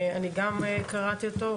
אני גם קראתי אותו,